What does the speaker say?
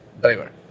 driver